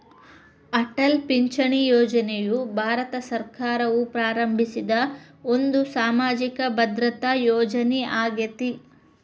ಅಟಲ್ ಪಿಂಚಣಿ ಯೋಜನೆಯು ಭಾರತ ಸರ್ಕಾರವು ಪ್ರಾರಂಭಿಸಿದ ಒಂದು ಸಾಮಾಜಿಕ ಭದ್ರತಾ ಯೋಜನೆ ಆಗೇತಿ